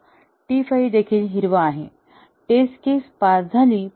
तर T 5 देखील हिरवा आहे टेस्ट केस पास झाली